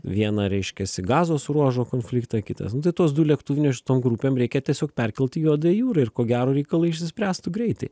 viena reiškiasi gazos ruožo konfliktą kitas nu tai tuos du lėktuvnešius tom grupėm reikia tiesiog perkelti į juodąją jūrą ir ko gero reikalai išsispręstų greitai